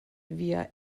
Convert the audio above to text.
via